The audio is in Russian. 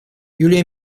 юлия